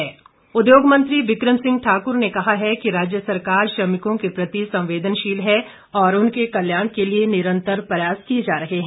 become Singh उद्योग मंत्री बिकम सिंह ठाकुर ने कहा है कि राज्य सरकार श्रमिकों के प्रति संवेदनशील है और उनके कल्याण के लिए निरंतर प्रयास किए जा रहे हैं